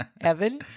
Evan